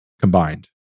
combined